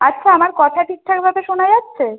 আচ্ছা আমার কথা ঠিকঠাকভাবে শোনা যাচ্ছে